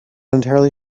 entirely